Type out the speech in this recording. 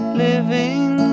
living